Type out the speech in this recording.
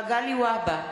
מגלי והבה,